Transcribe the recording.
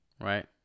Right